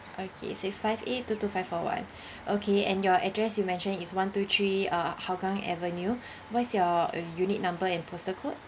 okay six five eight two two five four one okay and your address you mention is one two three uh hougang avenue what's your uh unit number and postal code